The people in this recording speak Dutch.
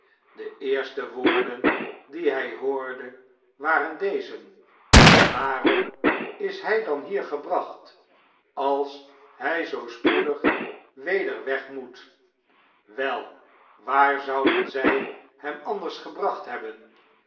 de eerste woorden die hij hoorde waren deze swaarora is hij dan hier gebracht als hij zoo spoedig weder weg moet wel waar zouden zij hem anders gebracht hebben